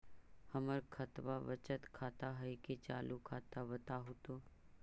हमर खतबा बचत खाता हइ कि चालु खाता, बताहु तो?